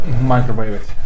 Microwave